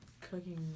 Cooking